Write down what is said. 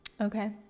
Okay